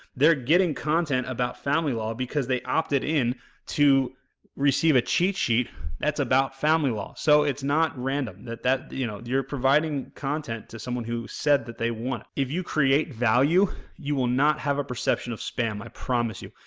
they're getting content about family law because they opted in to receive a cheat sheet that's about family law. so, it's not random, that, you know, you're providing content to someone who said that they want, if you create value you will not have a perception of spam, i promise you.